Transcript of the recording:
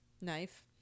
knife